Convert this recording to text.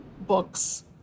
books